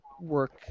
work